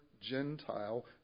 Gentile